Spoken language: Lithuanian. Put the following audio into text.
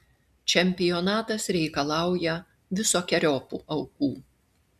čempionatas reikalauja visokeriopų aukų